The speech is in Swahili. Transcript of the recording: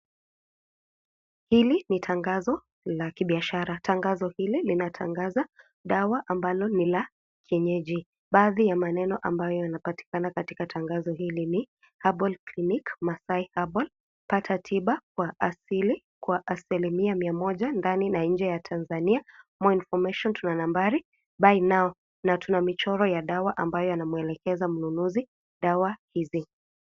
Hili ni tangazo la kibiashara. Tangazo hili linatangaza dawa ambalo ni la kienyeji. Baadhi ya maneno ambayo yanapatikana katika tangazo hili ni " Herbal clinic maasai herbal. Pata tiba kwa asili kwa asilimia mia moja ndani na nje ya Tanzania." More information tuna nambari. Buy now na tuna michoro ya dawa ambayo yanamwelekeza mnunuzi dawa hizi.